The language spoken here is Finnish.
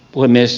puhemies